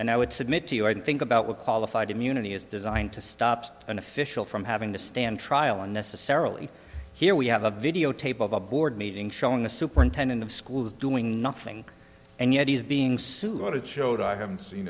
and i would submit to you i'd think about what qualified immunity is designed to stop an official from having to stand trial unnecessarily here we have a videotape of a board meeting showing the superintendent of schools doing nothing and yet he's being sued it showed i haven't seen